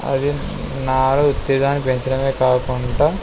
అది నాాలో ఉత్తేజాన్నిపెంచడమే కాకుండా